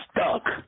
stuck